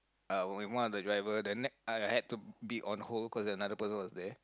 uh with one of the driver then n~ I had to be on hold cause another person was there